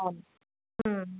అవును